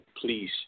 please